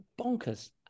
bonkers